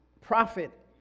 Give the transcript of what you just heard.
profit